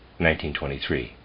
1923